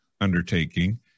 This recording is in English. undertaking